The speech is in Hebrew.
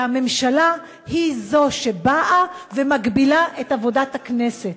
והממשלה היא שמגבילה את עבודת הכנסת,